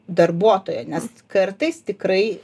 darbuotojo nes kartais tikrai